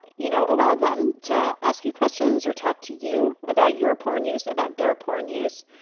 you know, allow them to ask you questions or talk to you about your porn use, about their porn use.